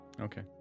Okay